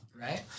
Right